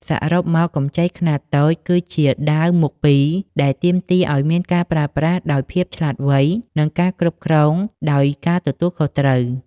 សរុបមក កម្ចីខ្នាតតូចគឺជា "ដាវមុខពីរ" ដែលទាមទារឱ្យមានការប្រើប្រាស់ដោយភាពឆ្លាតវៃ និងការគ្រប់គ្រងដោយការទទួលខុសត្រូវ។